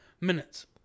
Minutes